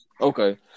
Okay